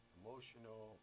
emotional